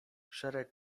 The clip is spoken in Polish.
szereg